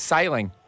Sailing